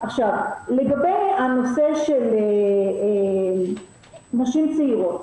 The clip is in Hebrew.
לגבי הנושא של נשים צעירות,